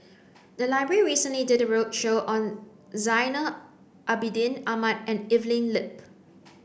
the library recently did a roadshow on Zainal Abidin Ahmad and Evelyn Lip